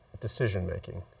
decision-making